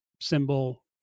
symbol